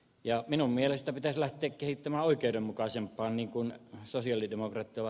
ja minun mielestä peläten kehittämä oikeidenmukaisen rannikon sosialidemokratia